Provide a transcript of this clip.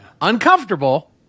Uncomfortable